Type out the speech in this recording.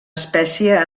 espècie